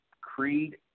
creed